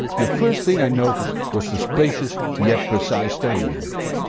the first thing i noticed was the spacious yet precise stereo image.